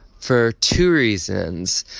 for two reasons.